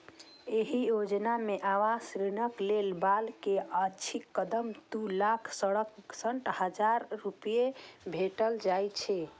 एहि योजना मे आवास ऋणक लै बला कें अछिकतम दू लाख सड़सठ हजार रुपैया भेटै छै